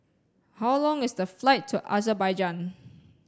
how long is the flight to Azerbaijan